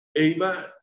Amen